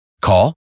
Call